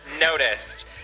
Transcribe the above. noticed